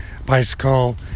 Bicycle